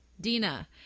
Dina